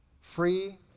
free